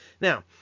Now